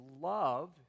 love